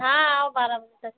हाँ आओ बारह बजे तक